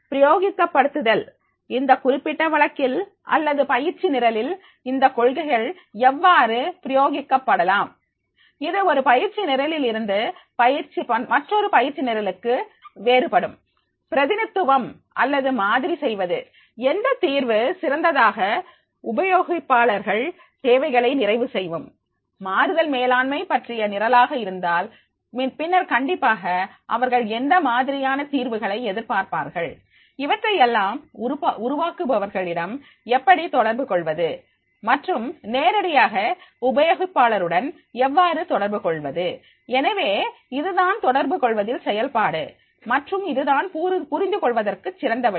பிரயோகிக்கப் படுத்துதல் இந்த குறிப்பிட்ட வழக்கில் அல்லது பயிற்சி நிரலில் இந்த கொள்கைகள் எவ்வாறு பிரயோகிக்கப் படலாம் இது ஒரு பயிற்சி நிரலில் இருந்து மற்றொரு பயிற்சி நிரலுக்கு வேறுபடும் பிரதிநித்துவம் அல்லது மாதிரி செய்வது எந்த தீர்வு சிறந்ததாக உபயோகிப்பாளர்கள் தேவைகளை நிறைவு செய்யும் மாறுதல் மேலாண்மை பற்றிய நிரலாக இருந்தால் பின்னர் கண்டிப்பாக அவர்கள் எந்த மாதிரியான தீர்வுகளை எதிர்பார்ப்பார்கள் இவற்றையெல்லாம் உருவாக்குபவர்கள் இடம் எப்படி தொடர்பு கொள்வது மற்றும் நேரடியாக உபயோகிப்பாளருடன் எவ்வாறு தொடர்பு கொள்வது எனவே இதுதான் தொடர்பு கொள்வதில் செயல்பாடு மற்றும் அதுதான் புரிந்து கொள்வதற்கு சிறந்த வழி